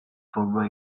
for